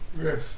yes